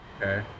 Okay